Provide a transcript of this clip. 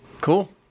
Cool